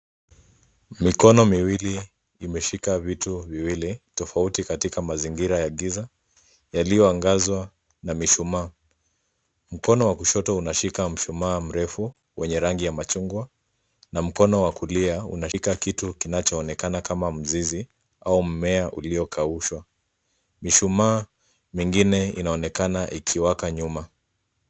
Mikono miwili imeshika vitu viwili tofauti katika mazingira ya giza yaliyoangazwa na mishumaa. Mkono wa kushoto unashika mshumaa mrefu wenye rangi ya machungwa na mkono wa kulia unashika kitu kinachoonekana kama mzizi au mmea uliokaushwa. Mshumaa mwingine inaonekana ikiwaka nyuma.